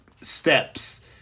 steps